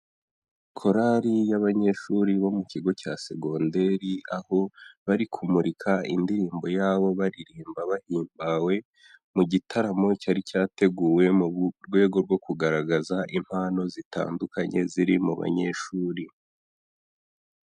Korali y'abanyeshuri bo mu kigo cya segonderi aho bari kumurika indirimbo yabo baririmba bahimbawe, mu gitaramo cyari cyateguwe mu rwego rwo kugaragaza impano zitandukanye ziri mu banyeshuri.